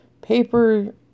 paper